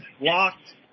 locked